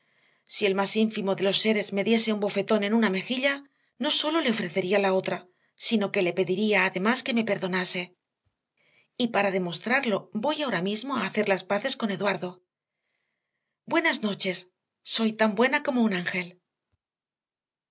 si el más ínfimo de los seres me diese un bofetón en una mejilla no sólo le ofrecería la otra sino que le pediría además que me perdonase y para demostrarlo voy ahora mismo a hacer las paces con eduardo buenas noches soy tan buena como un ángel